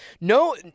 no